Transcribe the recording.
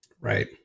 Right